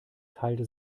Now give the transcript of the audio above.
teilte